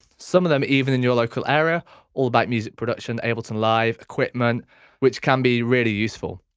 some of them even in your local area all about music production, ableton live, equipment which can be really useful.